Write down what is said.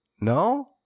No